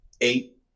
eight